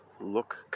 look